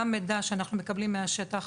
גם מידע שאנחנו מקבלים מהשטח.